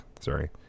sorry